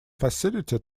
facility